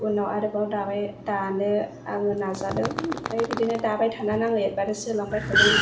उनाव आरोबाव दाबो दानो आङो नाजादों ओमफ्राय बिदिनो दाबाय थानानै आङो एडबादेस होलांबाय थादों